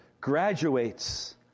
graduates